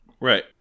Right